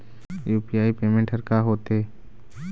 UPI payment हर का होते?